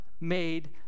made